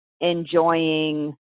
enjoying